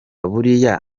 buriya